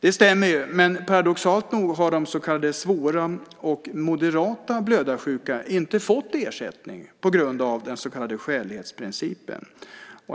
Det stämmer. Paradoxalt nog har de så kallade svåra och moderata blödarsjuka inte fått ersättning på grund av den så kallade skälighetsprincipen.